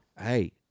hey